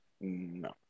No